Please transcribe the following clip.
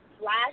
Last